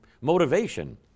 motivation